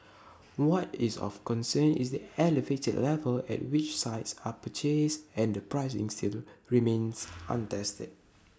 what is of concern is the elevated level at which sites are purchased and the pricing still remains untested